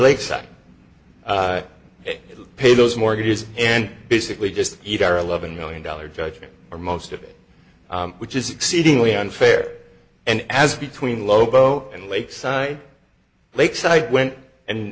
lakeside pay those mortgages and basically just eat our eleven million dollars judgment or most of it which is exceedingly unfair and as between lobo and lakeside lakes i went and